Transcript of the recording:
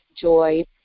joy